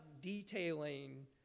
detailing